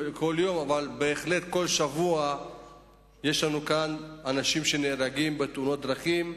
אבל בהחלט כל שבוע אנשים נהרגים בתאונות דרכים,